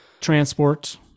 transport